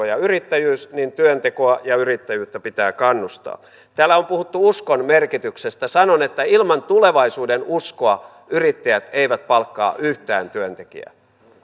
ja yrittäjyys niin työntekoa ja yrittäjyyttä pitää kannustaa täällä on puhuttu uskon merkityksestä sanon että ilman tulevaisuudenuskoa yrittäjät eivät palkkaa yhtään työntekijää